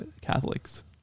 Catholics